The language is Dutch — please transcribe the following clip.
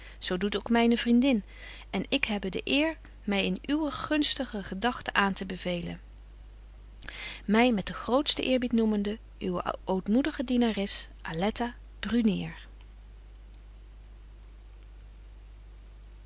doet ook myne vriendin en ik hebbe de eer my in uwe gunstige gedagten aantebevélen my met den grootsten eerbied noemende uwe ootmoedige dienares